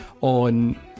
on